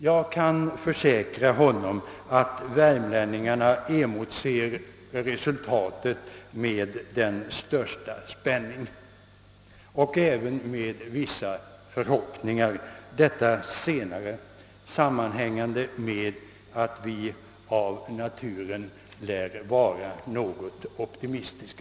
Jag kan försäkra honom att värmlänningarna emotser resultatet med den största spänning och även med vissa förhoppningar — detta senare sammanhängande med att vi av naturen lär vara något optimistiska.